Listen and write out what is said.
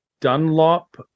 Dunlop